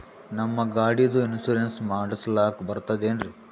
ನಮ್ಮ ಗಾಡಿದು ಇನ್ಸೂರೆನ್ಸ್ ಮಾಡಸ್ಲಾಕ ಬರ್ತದೇನ್ರಿ?